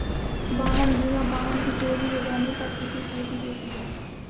वाहन बीमा वाहन के चोरी हो जाने पर क्षतिपूर्ति देती है